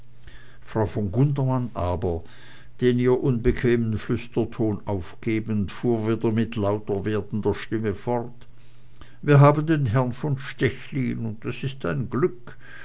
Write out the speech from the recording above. frau von gundermann aber den ihr unbequemen flüsterton aufgebend fuhr mit wieder lauter werdender stimme fort wir haben den herrn von stechlin und das ist ein glück